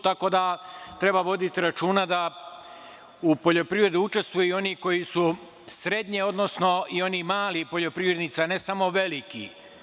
Treba voditi računa da u poljoprivredi učestvuju i oni koji su srednje, odnosno i oni mali poljoprivrednici, a ne samo veliki.